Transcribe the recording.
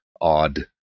odd